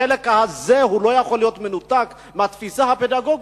החלק הזה לא יכול להיות מנותק מהתפיסה הפדגוגית,